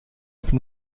von